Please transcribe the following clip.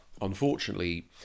unfortunately